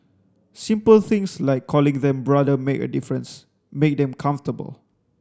simple things like calling them brother make a difference make them comfortable